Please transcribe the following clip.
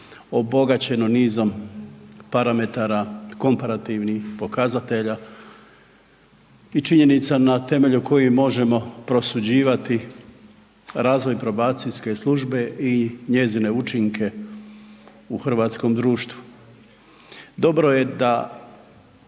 obogaćeno nizom parametara, komparativnih pokazatelja i činjenica na temelju kojih možemo prosuđivati razvoj probacijske službe i njezine učinke u hrvatskom društvu. Dobro je da